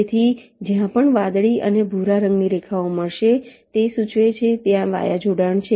તેથી જ્યાં પણ વાદળી અને ભૂરા રંગની રેખા મળશે તે સૂચવે છે કે ત્યાં વાયા જોડાણ છે